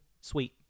sweet